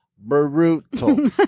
brutal